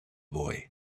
boy